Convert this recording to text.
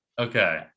Okay